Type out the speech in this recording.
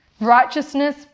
Righteousness